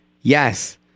Yes